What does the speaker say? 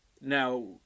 Now